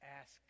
ask